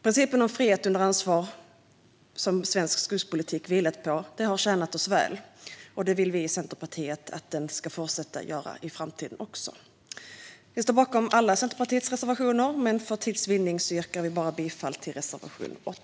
Principen om frihet under ansvar, som svensk skogspolitik har vilat på, har tjänat oss väl. Det vill vi i Centerpartiet att den ska fortsätta att göra också i framtiden. Vi står bakom alla Centerpartiets reservationer, men för tids vinnande yrkar vi bifall bara till reservation 8.